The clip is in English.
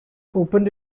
opened